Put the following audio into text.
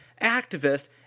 activist